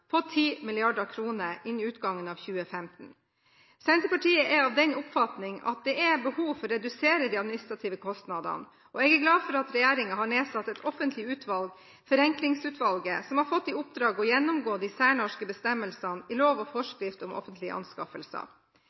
på 10 mrd. kr innen utgangen av 2015. Senterpartiet er av den oppfatning at det er behov for å redusere de administrative kostnadene. Jeg er glad for at regjeringen har nedsatt et offentlig utvalg – Forenklingsutvalget – som har fått i oppdrag å gjennomgå de særnorske bestemmelsene i lov og forskrift om offentlige anskaffelser.